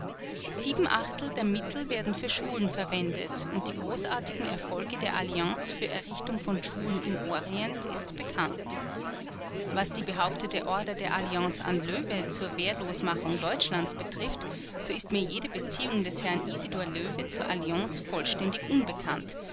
sieben achtel der mittel werden für schulen verwendet und die großartigen erfolge der alliance für errichtung von schulen im orient ist bekannt was die behauptete order der alliance an löwe zur wehrlosmachung deutschlands betrifft so ist mir jede beziehung des herrn isidor löwe zur alliance vollständig unbekannt